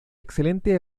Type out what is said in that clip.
excelente